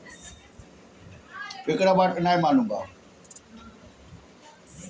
केरा के खेती खातिर बड़ा पानी लागेला